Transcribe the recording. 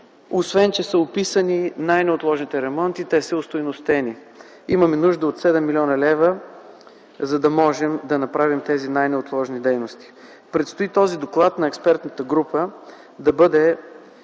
Освен че са описани най-неотложните ремонти, те са остойностени. Имаме нужда от 7 млн. лв., за да можем да направим тези най-неотложни дейности. Предстои този доклад на експертната група да бъде